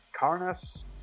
Karnas